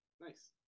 Nice